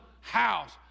house